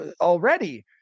already